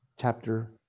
chapter